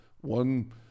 One